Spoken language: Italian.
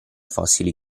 fossili